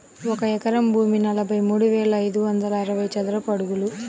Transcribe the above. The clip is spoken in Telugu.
ఒక ఎకరం భూమి నలభై మూడు వేల ఐదు వందల అరవై చదరపు అడుగులు